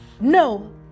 No